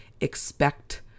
expect